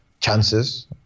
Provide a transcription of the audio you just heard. chances